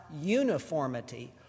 uniformity